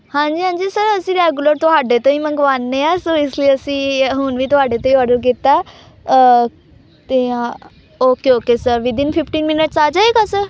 ਹਾਂਜੀ ਹਾਂਜੀ ਸਰ ਅਸੀਂ ਰੈਗੂਲਰ ਤੁਹਾਡੇ ਤੋਂ ਹੀ ਮੰਗਵਾਉਂਦੇ ਹਾਂ ਸੋ ਇਸ ਲਈ ਅਸੀਂ ਹੁਣ ਵੀ ਤੁਹਾਡੇ ਤੋਂ ਹੀ ਔਡਰ ਕੀਤਾ ਅਤੇ ਹਾਂ okay okay sir with in fifteen minutes ਆ ਜਾਏਗਾ ਸਰ